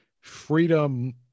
freedom